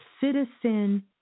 citizen